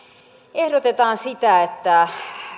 ehdotetaan sitä että